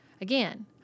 again